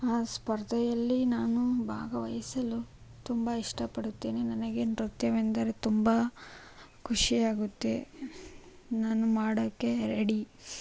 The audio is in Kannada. ಆ ಸ್ಪರ್ಧೆಯಲ್ಲಿ ನಾನು ಭಾಗವಹಿಸಲು ತುಂಬ ಇಷ್ಟಪಡುತ್ತೇನೆ ನನಗೆ ನೃತ್ಯವೆಂದರೆ ತುಂಬ ಖುಷಿಯಾಗುತ್ತೆ ನಾನು ಮಾಡೋಕ್ಕೆ ರೆಡಿ